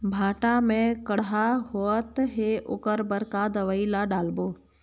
भांटा मे कड़हा होअत हे ओकर बर का दवई ला डालबो?